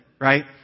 Right